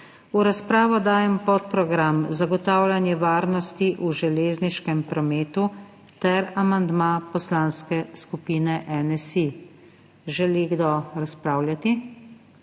V razpravo dajem podprogram Zagotavljanje varnosti v železniškem prometu ter amandma Poslanske skupine NSi. Želi kdo razpravljati?